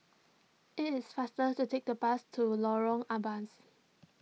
it is faster to take the bus to Lorong Ampas